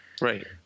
Right